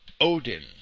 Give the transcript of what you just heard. Odin